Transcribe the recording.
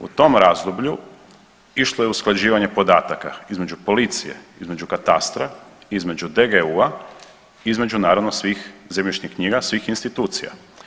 U tom razdoblju išlo je usklađivanje podataka između policije, između katastra, između DGU-a, između naravno svih zemljišnih knjiga svih institucija.